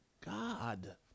God